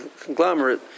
conglomerate